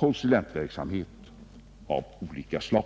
konsulentverksamhet av olika slag.